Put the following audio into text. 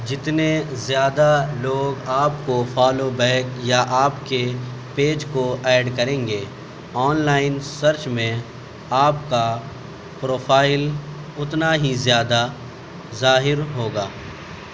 جتنے زیادہ لوگ آپ کو فالو بیک یا آپ کے پیج کو ایڈ کریں گے آن لائن سرچ میں آپ کا پروفائل اُتنا ہی زیادہ ظاہر ہوگا